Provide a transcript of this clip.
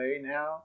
now